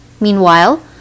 Meanwhile